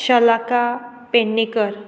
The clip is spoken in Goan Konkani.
शलाका पेडणेकर